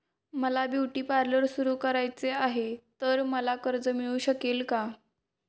मला beauty parlour सुरू करायचे आहे तर मला कर्ज मिळू शकेल का?